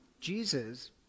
Jesus